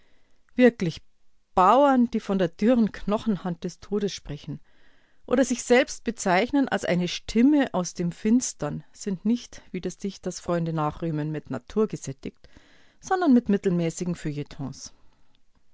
wirklich bauern die von der dürren knochenhand des todes sprechen oder sich selbst bezeichnen als eine stimme aus dem finstern sind nicht wie des dichters freunde nachrühmen mit natur gesättigt sondern mit mittelmäßigen